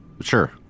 Sure